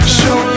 show